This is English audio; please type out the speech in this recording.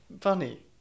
funny